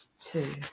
two